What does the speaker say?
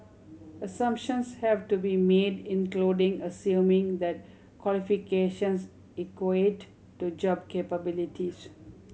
Assumptions have to be made including assuming that qualifications equate to job capabilities